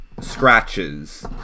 scratches